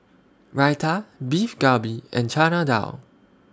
Raita Beef Galbi and Chana Dal